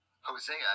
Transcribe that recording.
Hosea